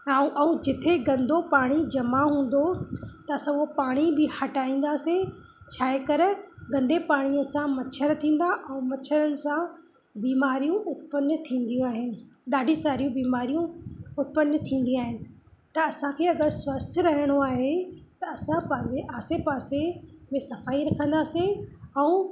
ऐं ऐं जिथे गंदो पाणी जमा हूंदो त असां उहो पाणी बि हटाईंदासीं छा आहे करे गंदे पाणीअ सां मछर थींदा ऐं मछरनि सां बीमारियूं उत्पन थींदियूं आहिनि ॾाढी सारियूं बीमारियूं उत्पन थींदी आहिनि त असांखे अगरि स्वस्थ रहिणो आहे त असां पंहिंजे आसे पासे में सफ़ाई रखंदासीं ऐं